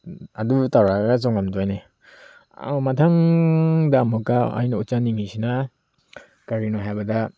ꯑꯗꯨ ꯇꯧꯔꯒ ꯆꯣꯡꯂꯝꯗꯣꯏꯅꯦ ꯑꯥꯎ ꯃꯊꯪꯗ ꯑꯃꯨꯛꯀ ꯑꯩꯅ ꯎꯠꯆꯅꯤꯡꯂꯤꯁꯤꯅ ꯀꯔꯤꯅꯣ ꯍꯥꯏꯕꯗ